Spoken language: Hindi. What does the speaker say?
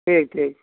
ठीक ठीक